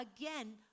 again